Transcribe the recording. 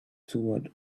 toward